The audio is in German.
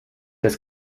das